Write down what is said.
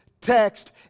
text